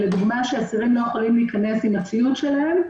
לדוגמה, אסירים לא יכולים להיכנס עם הציוד שלהם.